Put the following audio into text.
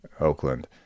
Oakland